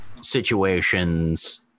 situations